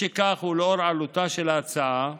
משכך, ולנוכח עלותה של ההצעה,